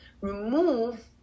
remove